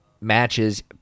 matches